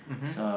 mmhmm